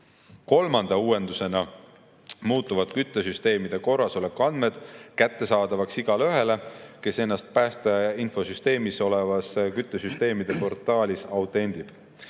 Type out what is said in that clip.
Kolmanda uuendusena muutuvad küttesüsteemide korrasoleku andmed kättesaadavaks igaühele, kes ennast päästeinfosüsteemis olevas küttesüsteemide portaalis autendib.